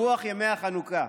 ברוח ימי החנוכה,